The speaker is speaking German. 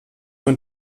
von